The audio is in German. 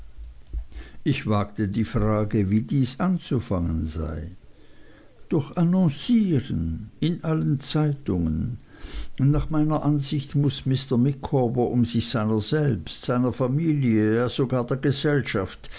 ich wagte die frage wie dies anzufangen sei durch annoncieren in allen zeitungen nach meiner ansicht muß mr micawber um sich seiner selbst seiner familie ja sogar der gesellschaft